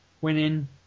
winning